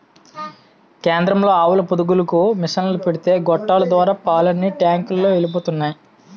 కేంద్రంలో ఆవుల పొదుగులకు మిసన్లు పెడితే గొట్టాల ద్వారా పాలన్నీ టాంకులలోకి ఎలిపోతున్నాయి